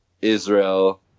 Israel